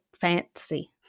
fancy